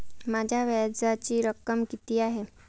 माझ्या व्याजाची रक्कम किती आहे?